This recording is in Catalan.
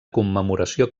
commemoració